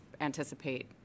anticipate